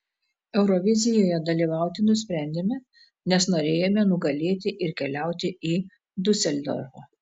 eurovizijoje dalyvauti nusprendėme nes norėjome nugalėti ir keliauti į diuseldorfą